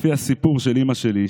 לפי הסיפור של אימא שלי,